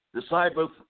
disciples